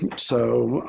and so,